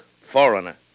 Foreigner